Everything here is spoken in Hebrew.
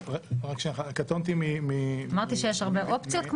קטונתי --- אמרתי שיש הרבה אופציות,